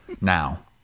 now